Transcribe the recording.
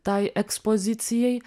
tai ekspozicijai